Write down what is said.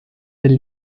del